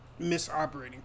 misoperating